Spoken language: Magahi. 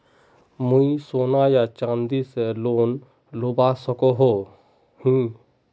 मुई सोना या चाँदी से लोन लुबा सकोहो ही?